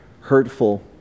hurtful